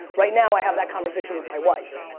right now, i have that conversation with my wife.